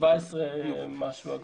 כ-17 אגורות.